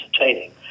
entertaining